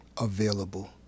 available